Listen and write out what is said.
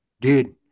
Dude